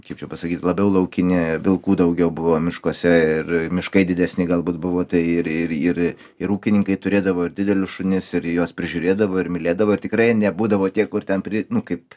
kaip čia pasakyt labiau laukinė vilkų daugiau buvo miškuose ir miškai didesni galbūt buvo tai ir ir ir ir ūkininkai turėdavo ir didelius šunis ir juos prižiūrėdavo ir mylėdavo ir tikrai nebūdavo tie kur ten prie kaip